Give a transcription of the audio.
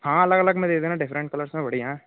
हाँ अलग अलग में दे देना डिफ़रेंट कलर्स में बढ़िया है